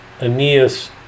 Aeneas